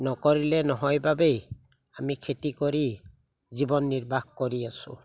নকৰিলে নহয় বাবেই আমি খেতি কৰি জীৱন নিৰ্বাহ কৰি আছোঁ